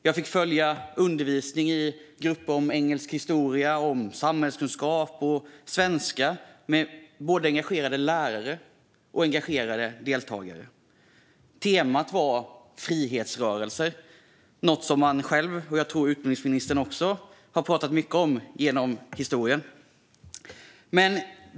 Jag fick följa med grupper som hade undervisning i engelsk historia, samhällskunskap och svenska med både engagerade lärare och engagerade deltagare. Temat var frihetsrörelser - något som jag själv och, tror jag, utbildningsministern också har pratat mycket om genom historien.